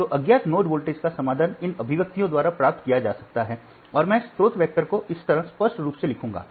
तो अज्ञात node voltage का समाधान इन अभिव्यक्तियों द्वारा प्राप्त किया जा सकता है और मैं स्रोत वेक्टर को इस तरह स्पष्ट रूप से लिखूंगा